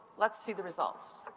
let's see the results.